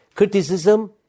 Criticism